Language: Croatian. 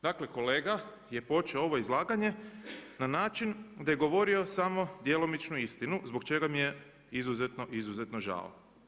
Dakle, kolega je počeo ovo izlaganje na način da je govorio samo djelomičnu istinu zbog čega mi je izuzetno, izuzetno žao.